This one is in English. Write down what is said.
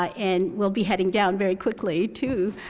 ah and will be heading down very quickly to,